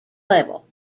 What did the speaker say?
level